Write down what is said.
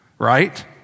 right